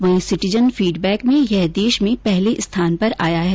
वहीं citizen feedback में यह देश में पहले स्थान पर आया है